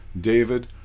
david